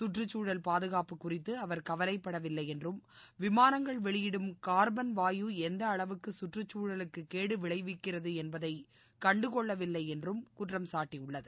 கற்றுச்சூழல் பாதுகாப்பு குறித்து அவர் கவலைப்படவில்லை என்றும் விமானங்கள் வெளியிடும் கா்பன் வாயு எந்த அளவுக்கு கற்றக்குழலுக்கு கேடு விளைவிக்கிறது என்பதை கண்டுகொள்ளவில்லை என்றம் குற்றம் சாட்டியுள்ளது